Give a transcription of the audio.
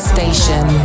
Station